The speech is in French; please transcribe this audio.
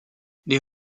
les